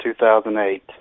2008